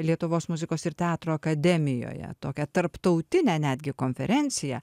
lietuvos muzikos ir teatro akademijoje tokią tarptautinę netgi konferenciją